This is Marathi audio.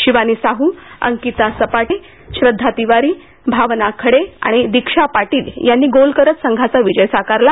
शिवानी साह अंकिता सपाटे श्रद्वा तिवारी भावना खडे आणि दिक्षा पाटील यांनी गोल करत संघाचा विजय साकार केला